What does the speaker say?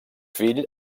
fill